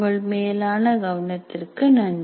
உங்கள் மேலான கவனத்திற்கு நன்றி